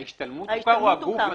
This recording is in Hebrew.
ההשתלמות תוכר או הגוף עצמו?